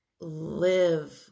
live